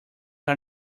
are